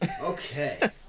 Okay